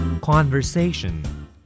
Conversation